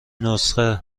نسخه